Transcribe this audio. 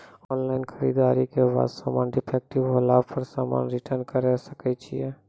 Online खरीददारी के बाद समान डिफेक्टिव होला पर समान रिटर्न्स करे सकय छियै?